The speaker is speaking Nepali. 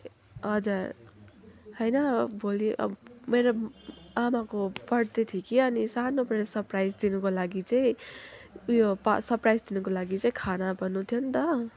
हजुर होइन भोलि अब मेरो आमाको बर्थडे थियो कि अनि सानो बडे सरप्राइज दिनुको लागि चाहिँ उयो पा सरप्राइज दिनुको लागि चाहिँ खाना भन्नु थियो नि त